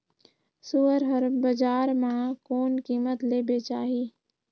सुअर हर बजार मां कोन कीमत ले बेचाही?